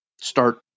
start